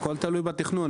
הכל תלוי בתכנון.